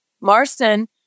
Marston